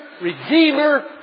redeemer